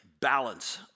balance